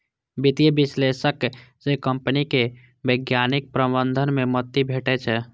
वित्तीय विश्लेषक सं कंपनीक वैज्ञानिक प्रबंधन मे मदति भेटै छै